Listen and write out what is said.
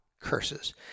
curses